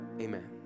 amen